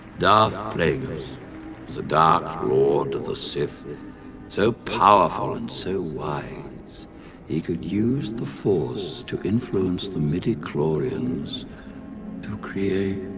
darth plagueis was a dark lord of the sith so powerful and so wise he could use the force to influence the midi-chlorians to create